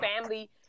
family